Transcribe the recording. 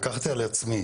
לקחתי על עצמי,